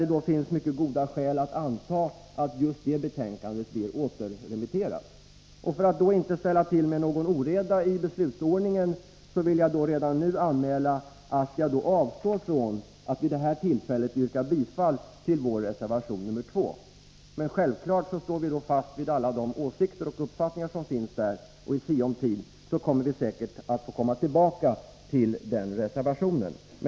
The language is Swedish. Det kan finnas mycket goda skäl att anta att just detta betänkande blir återremitterat. För att inte ställa till med någon oreda i beslutsordningen vill jag redan nu anmäla att jag vid detta tillfälle kommer att avstå från att yrka bifall till vår reservation 2. Men självfallet står vi fast vid alla åsikter och uppfattningar som finns i reservationen, och i sinom tid kommer vi säkert att komma tillbaka till den reservationen.